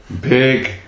Big